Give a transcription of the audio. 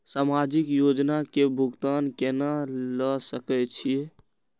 समाजिक योजना के भुगतान केना ल सके छिऐ?